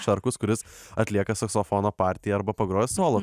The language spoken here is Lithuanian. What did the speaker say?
šarkus kuris atlieka saksofono partiją arba pagroja solo